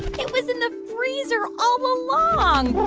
it was in the freezer all along.